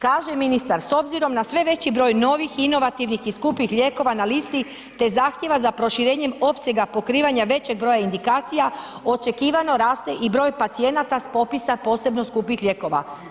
Kaže ministar, s obzirom na sve veći broj novih, inovativnih i skupih lijekova na listi te zahtjeva za proširenjem opsega pokrivanja većeg broja indikacija očekivano raste i broj pacijenata s popisa posebno skupih lijekova.